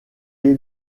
lui